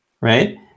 right